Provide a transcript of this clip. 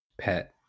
pet